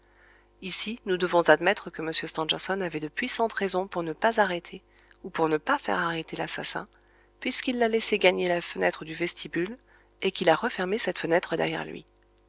ici nous devons admettre que m stangerson avait de puissantes raisons pour ne pas arrêter ou pour ne pas faire arrêter l'assassin puisqu'il l'a laissé gagner la fenêtre du vestibule et qu'il a refermé cette fenêtre derrière lui